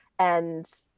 and